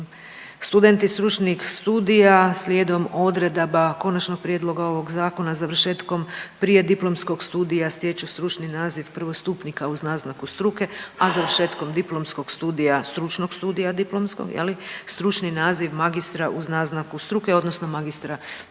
studenti stručnih studija slijedom odredbama konačnog prijedloga ovog zakona završetkom prijediplomskog studija stječu stručni naziv prvostupnika uz naznaku struke, a završetkom diplomskog studija, stručnog studija diplomskoj je li, stručni naziv magistra uz naznaku struku odnosno magistra